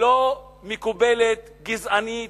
לא מקובלת, גזענית.